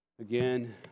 Again